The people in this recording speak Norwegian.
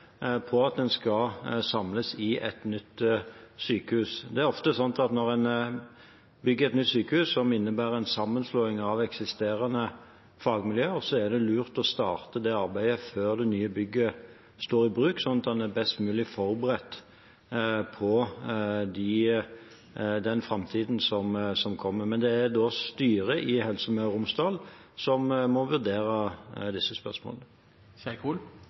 på at en skal samles i et nytt sykehus. Det er ofte sånn at når en bygger et nytt sykehus som innebærer en sammenslåing av eksisterende fagmiljøer, er det lurt å starte det arbeidet før det nye bygget tas i bruk, sånn at en er best mulig forberedt på den framtiden som kommer. Men det er styret i Helse Møre og Romsdal som må vurdere disse spørsmålene.